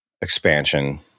expansion